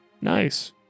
Nice